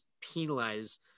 penalize